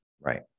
right